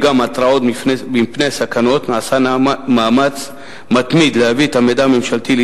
זה עוד פעם האדמות של